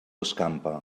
escampa